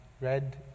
red